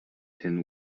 pin